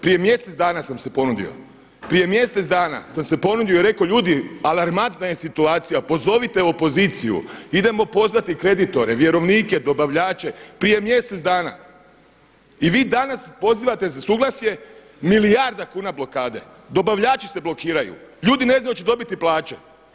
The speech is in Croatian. Prije mjesec dana sam se ponudio, prije mjesec dana sam se ponudio i rekao ljudi ali alarmantna je situacija, pozovite opoziciju, idemo pozvati kreditore, vjerovnike, dobavljače, prije mjesec dana. i vi danas pozivate za suglasje milijarda kuna blokade, dobavljači se blokiraju, ljudi ne znaju hoće dobiti plaće.